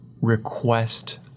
request